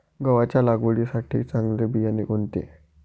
गव्हाच्या लावणीसाठी चांगले बियाणे कोणते?